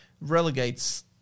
relegates